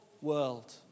world